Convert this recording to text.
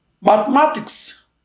Mathematics